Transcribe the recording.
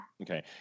Okay